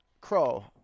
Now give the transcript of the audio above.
Crow